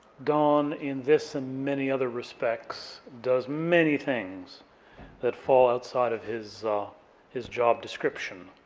don, in this and many other respects, does many things that fall outside of his his job description,